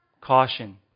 Caution